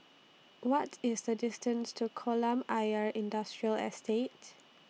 What IS The distance to Kolam Ayer Industrial Estates